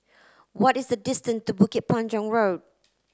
what is the distance to Bukit Panjang Road